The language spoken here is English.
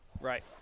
Right